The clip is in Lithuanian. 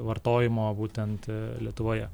vartojimo būtent lietuvoje